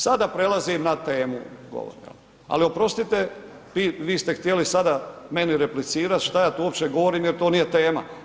Sada prelazim na temu govora, ali oprostite, vi ste htjeli sada meni replicirati, što ja tu uopće govorim jer to nije tema.